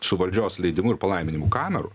su valdžios leidimu ir palaiminimu kamerų